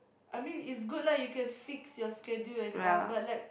I mean is good lah you can fix your schedule and all but like